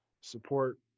support